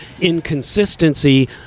inconsistency